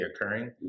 occurring